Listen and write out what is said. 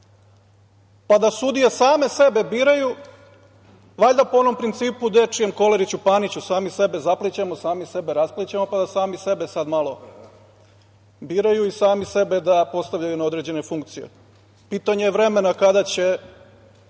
pa da sudije same sebe biraju valjda po onom dečijem principu – Kolariću, Paniću, sami sebe zapilićemo, sami sebe rasplićemo, pa sami sebe sad malo biraju, sami sebe da postavljaju na određene funkcije. Pitanje je vremena kada će